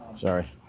Sorry